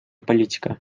политика